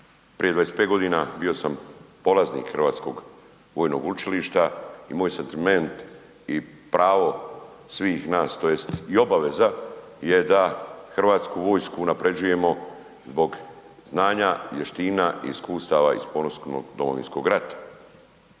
prije 25.g. bio sam polaznik Hrvatskog vojnog učilišta i moj sentiment i pravo svih nas tj. i obaveza je da HV unaprjeđujemo zbog znanja, vještina i iskustava iz ponosnog Domovinskog rata.